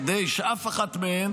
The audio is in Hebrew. כדי שאף אחת מהן